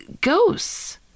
ghosts